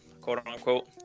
quote-unquote